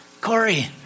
Corey